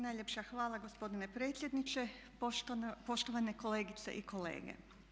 Najljepša hvala gospodine predsjedniče, poštovane kolegice i kolege.